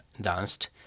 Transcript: danced